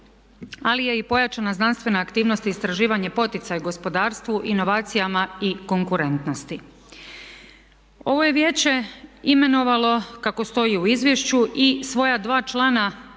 ali je i pojačana znanstvena aktivnost i istraživanje poticaj gospodarstvu, inovacijama i konkurentnosti. Ovo je Vijeće imenovalo kako stoji u izvješću i svoja dva člana